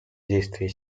действия